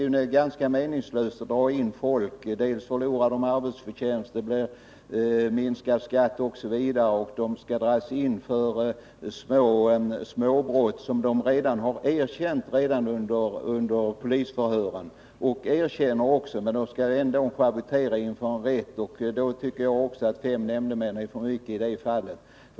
Det är ganska meningslöst att kalla människor till domstol för småbrott som erkänts redan under polisförhören — de förlorar arbetsförtjänster, det blir minskad skatt, osv. Ändå skall de schavottera inför en rätt. Jag tycker också att fem nämndemän är för mycket i de fallen.